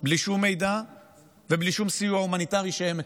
בלי שום מידע ובלי שום סיוע הומניטרי שהם מקבלים.